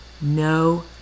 no